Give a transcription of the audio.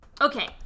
Okay